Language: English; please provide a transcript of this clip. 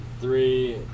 three